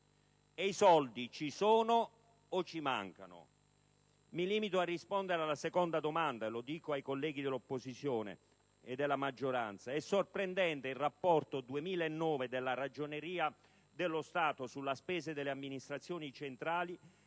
I soldi ci sono o ci mancano? Mi limito a rispondere alla seconda domanda, e mi rivolgo ai colleghi dell'opposizione e della maggioranza: è sorprendente il rapporto 2009 della Ragioneria dello Stato sulla spesa delle amministrazioni centrali,